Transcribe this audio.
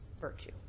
virtue